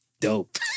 Dope